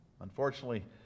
Unfortunately